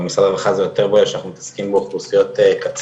אבל משרד הרווחה זה יותר בולט שאנחנו מטפלים באוכלוסיות קצה.